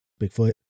Bigfoot